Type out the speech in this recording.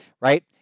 right